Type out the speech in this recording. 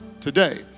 today